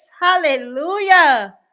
hallelujah